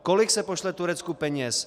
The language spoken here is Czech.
Kolik se pošle Turecku peněz?